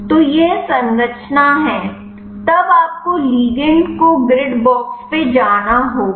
तो यह संरचना है तब आपको लिगंड को ग्रिड बॉक्स पर जाना होगा